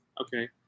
okay